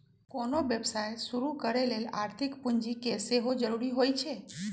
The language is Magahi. कोनो व्यवसाय शुरू करे लेल आर्थिक पूजी के सेहो जरूरी होइ छै